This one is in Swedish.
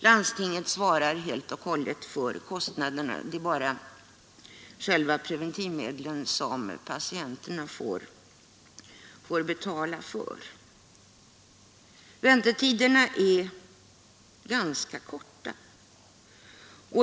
Landstinget svarar helt och hållet för kostnaderna, det är bara själva preventivmedlen som patienterna får betala. Väntetiderna är ganska korta.